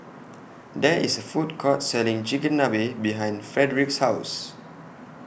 There IS A Food Court Selling Chigenabe behind Fredrick's House